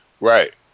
Right